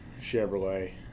Chevrolet